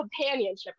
companionship